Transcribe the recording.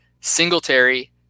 Singletary –